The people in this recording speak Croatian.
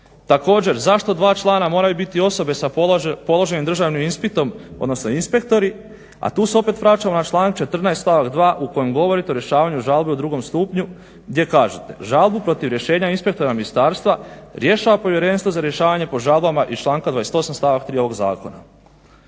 Također, zašto dva člana moraju biti osobe sa položenim Državnim ispitom, odnosno inspektori, a tu se opet vraćamo na članak 14. stavak 2. u kojem govorite o rješavanju žalbe u drugom stupnju, gdje kažete: "Žalbu protiv rješenja inspektora ministarstva rješava povjerenstvo za rješavanje po žalbama iz članka 28. stavak 3. ovog zakona."